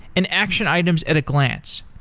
and action items at a glance.